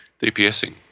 DPSing